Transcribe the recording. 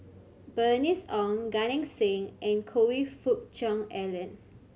Bernice Ong Gan Eng Seng and Choe Fook Cheong Alan